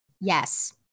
Yes